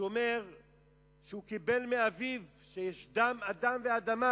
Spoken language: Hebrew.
ואומר שהוא קיבל מאביו שיש דם, אדם ואדמה,